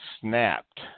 snapped